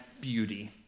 beauty